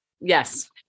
Yes